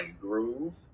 groove